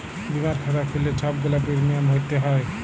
বীমার খাতা খ্যুইল্লে ছব গুলা পিরমিয়াম ভ্যইরতে হ্যয়